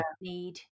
need